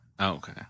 Okay